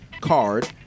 card